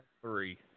three